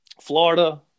Florida